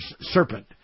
serpent